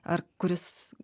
ar kuris